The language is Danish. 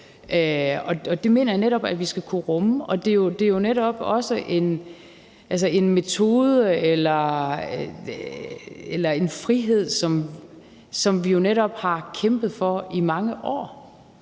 Det mener jeg vi skal kunne rumme, og det er jo netop også en metode eller en frihed, som vi har kæmpet for i mange år